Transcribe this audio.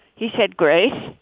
he said, grace.